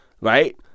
right